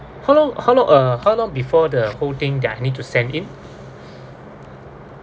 how long how long uh how long before the whole thing that I need to send in